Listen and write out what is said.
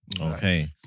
Okay